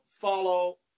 follow